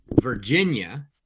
Virginia